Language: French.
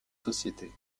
sociétés